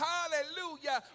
Hallelujah